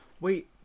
Wait